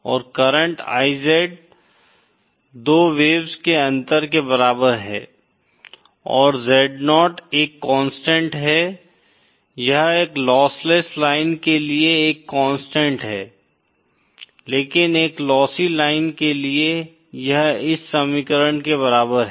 और current IZ दो waves के अंतर के बराबर है और Zo एक कांस्टेंट है यह एक लॉसलेस लाइन के लिए एक कांस्टेंट है लेकिन एक लोस्सी लाइन के लिए यह इस समीकरण के बराबर है